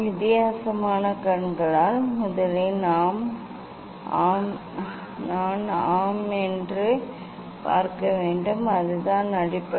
வித்தியாசமான கண்களால் முதலில் நான் ஆம் என்று பார்க்க வேண்டும் அதுதான் அடிப்படை